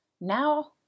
Now